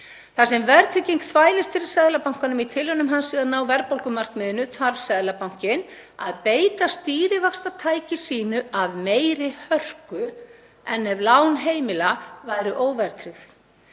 Þar sem verðtrygging þvælist fyrir Seðlabankanum í tilraunum hans við að ná verðbólgumarkmiðinu þarf Seðlabankinn að beita stýrivaxtatæki sínu af meiri hörku en ef lán heimila væru óverðtryggð.